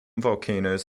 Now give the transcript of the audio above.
volcanoes